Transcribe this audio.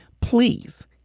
please